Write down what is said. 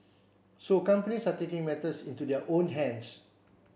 so companies are taking matters into their own hands